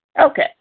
Okay